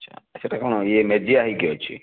ଆଚ୍ଛା ସେ'ଟା କ'ଣ ଇଏ ମେଜିଆ ହେଇକି ଅଛି